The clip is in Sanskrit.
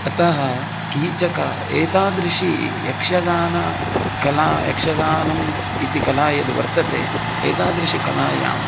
अतः कीचकः एतादृशी यक्षगानकला यक्षगानम् इति कला यद् वर्तते एतादृश्यां कलायाम्